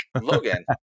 Logan